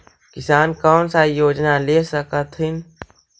किसान कोन सा योजना ले स कथीन?